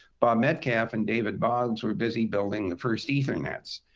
bob metcalfe and david boggs were busy building the first ethernets.